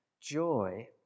joy